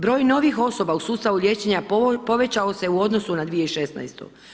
Broj novih osoba u sustavu liječenja povećao se u odnosu na 2016.